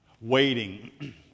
Waiting